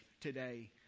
today